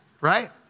right